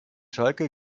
schalke